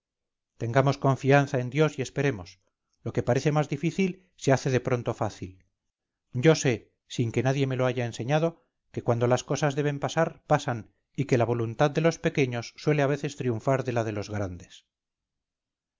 tengamos confianza en dios y esperemos lo que parece más difícil se hace de pronto fácil yo sé sin que nadie me lo haya enseñado que cuando las cosas deben pasar pasan y que la voluntad de los pequeños suele a veces triunfar de la de los grandes